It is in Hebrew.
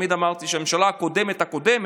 תמיד אמרתי שהממשלה הקודמת-הקודמת,